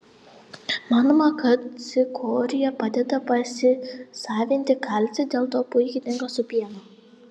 manoma kad cikorija padeda pasisavinti kalcį dėl to puikiai tinka su pienu